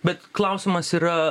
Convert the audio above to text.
bet klausimas yra